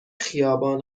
خیابان